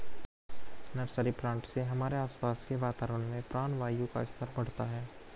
nursery plant से हमारे आसपास के वातावरण में प्राणवायु का स्तर बढ़ता है